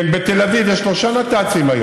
בתל אביב יש היום